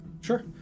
Sure